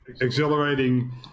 exhilarating